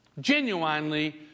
Genuinely